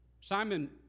Simon